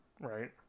Right